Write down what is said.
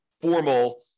formal